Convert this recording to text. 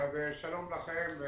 שלום לכם.